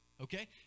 okay